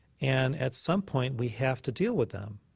and at some point we have to deal with them.